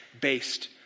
based